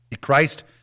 Christ